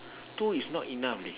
two is not enough